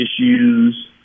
issues